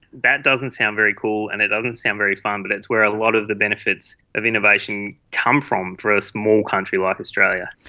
that doesn't sound very cool and it doesn't sound very fun but it is where a lot of the benefits of innovation come from for a small country like australia.